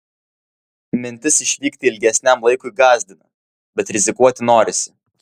mintis išvykti ilgesniam laikui gąsdina bet rizikuoti norisi